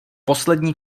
poslední